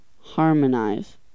harmonize